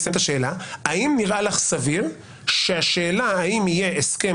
האם נראה לך סביר שהשאלה האם יהיה הסכם